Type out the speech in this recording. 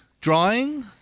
drawing